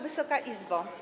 Wysoka Izbo!